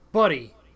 Buddy